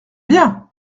bien